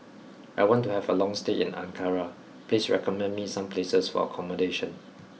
I want to have a long stay in Ankara please recommend me some places for accommodation